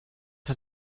hat